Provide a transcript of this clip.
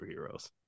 superheroes